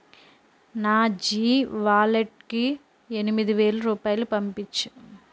నా జీ వాలెట్కి ఎనిమిది వేల రూపాయలు పంపించుము